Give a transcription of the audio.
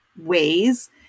ways